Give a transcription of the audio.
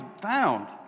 found